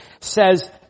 says